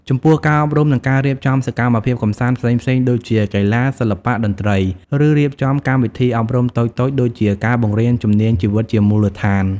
ចំពោះការអប់រំនិងការរៀបចំសកម្មភាពកម្សាន្តផ្សេងៗដូចជា កីឡា សិល្បៈ តន្ត្រី ឬរៀបចំកម្មវិធីអប់រំតូចៗដូចជា ការបង្រៀនជំនាញជីវិតជាមូលដ្ឋាន ។